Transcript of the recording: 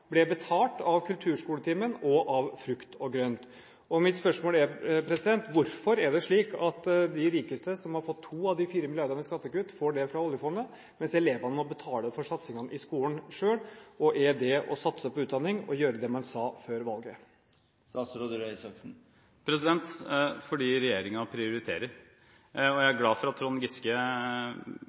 ble betalt av kulturskoletimen og av frukt og grønt. Mine spørsmål er: Hvorfor er det slik at de rikeste, som har fått to av de fire milliardene i skattekutt, får det fra oljefondet, mens elevene må betale for satsingen i skolen selv? Er det å satse på utdanning og å gjøre det man sa før valget? Fordi regjeringen prioriterer. Jeg er glad for at Trond Giske,